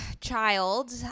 child